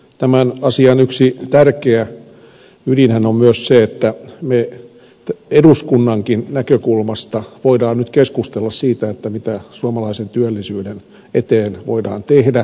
tämän asian yksi tärkeä ydinhän on myös se että me eduskunnankin näkökulmasta voimme nyt keskustella siitä mitä suomalaisen työllisyyden eteen voidaan tehdä